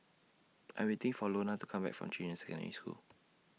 I'm waiting For Lona to Come Back from Junyuan Secondary School